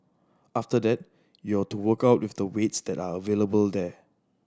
after that you're to work out with the weights that are available there